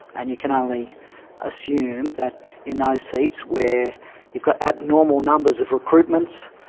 and you can only assume that in those seats where you've got abnormal numbers of recruitments,